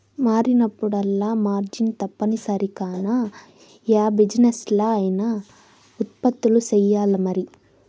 మారినప్పుడల్లా మార్జిన్ తప్పనిసరి కాన, యా బిజినెస్లా అయినా ఉత్పత్తులు సెయ్యాల్లమరి